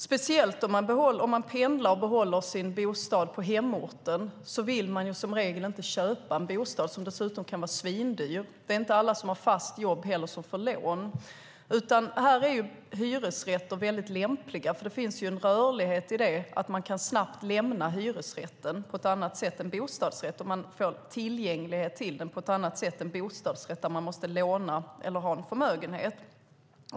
Speciellt om man pendlar och behåller sin bostad på hemorten vill man som regel inte köpa en bostad, som dessutom kan vara svindyr. Det är heller inte alla som har fast jobb som får lån. Här är hyresrätter lämpliga därför att det finns en rörlighet i att man snabbt kan lämna hyresrätten på ett annat sätt än bostadsrätten, och man får tillgänglighet till den på ett annat sätt än bostadsrätten, där man måste låna eller ha en förmögenhet.